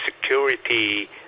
Security